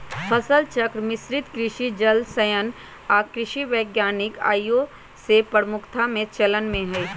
फसल चक्र, मिश्रित कृषि, जल संचयन आऽ कृषि वानिकी आइयो सेहय प्रमुखता से चलन में हइ